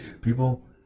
people